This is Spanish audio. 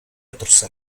otros